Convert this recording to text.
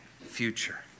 future